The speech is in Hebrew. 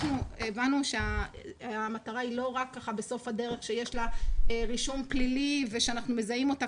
הבנו שהמטרה היא לא רק בסוף הדרך שיש לה רישום פלילי ושמזהים אותה,